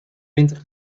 winter